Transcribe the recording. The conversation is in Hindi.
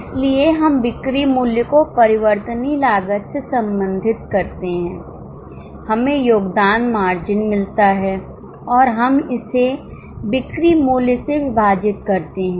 इसलिए हम बिक्री मूल्य को परिवर्तनीय लागत से संबंधित करते हैं हमें योगदान मार्जिन मिलता है और हम इसे बिक्री मूल्य से विभाजित करते हैं